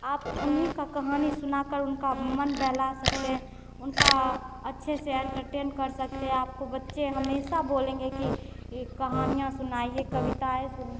आप उन्हीं की कहानी सुनाकर उनका मन बहला सकते हैं उनका अच्छे से एन्टरटेन कर सकते हैं आपको बच्चे हमेशा बोलेंगे कि कहानियाँ सुनाइए कविताएँ